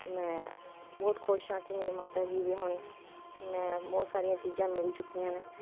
ਮੈਂ ਬਹੁਤ ਖੁਸ਼ ਹਾਂ ਕੀ ਮੇਰੇ ਮਾਤਾ ਜੀ ਵੀ ਹੁਣ ਮੈਂ ਬਹੁਤ ਸਾਰੀਆਂ ਚੀਜ਼ਾਂ ਮਿਲ ਚੁੱਕੀਆਂ ਨੇ